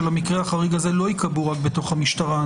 המקרה החריג הזה לא ייקבעו רק בתוך המשטרה.